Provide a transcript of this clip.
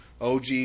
OG